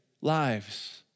lives